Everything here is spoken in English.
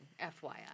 FYI